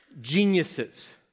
geniuses